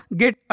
get